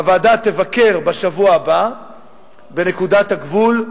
הוועדה תבקר בשבוע הבא בנקודת הגבול,